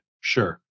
sure